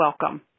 welcome